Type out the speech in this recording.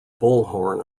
bullhorn